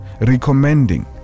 Recommending